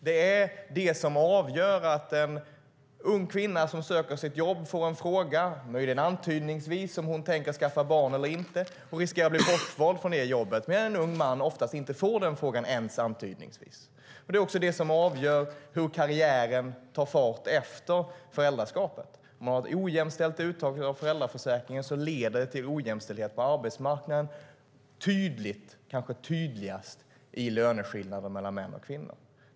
Det är det som avgör att en ung kvinna som söker ett jobb får en fråga, möjligen antydningsvis, om hon tänker skaffa barn eller inte och riskerar att bli bortvald från det jobbet, medan en ung man oftast inte får den frågan ens antydningsvis. Det är också detta som avgör hur karriären tar fart efter föräldraskapet. Ett ojämställt uttag av föräldraförsäkringen leder till ojämställdhet på arbetsmarknaden. Det syns kanske tydligast i löneskillnader mellan män och kvinnor.